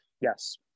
yes